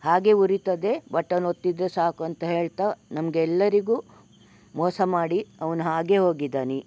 ಹಾಗೇ ಉರಿತದೆ ಬಟನ್ ಒತ್ತಿದ್ರೆ ಸಾಕು ಅಂತ ಹೇಳ್ತ ನಮಗೆಲ್ಲರಿಗು ಮೋಸ ಮಾಡಿ ಅವ್ನು ಹಾಗೇ ಹೋಗಿದ್ದಾನೆ